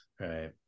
Right